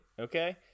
okay